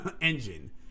Engine